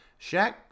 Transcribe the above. Shaq